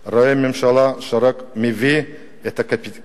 אליו אתה רואה ממשלה שמביאה רק לקיפאון.